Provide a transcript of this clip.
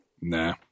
Nah